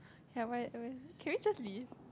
ya why wh~ can we just leave